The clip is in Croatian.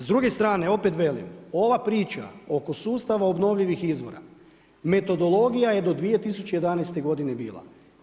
S druge strane opet velim ova priča oko sustava obnovljivih izvora metodologija je do 2011. godine bila.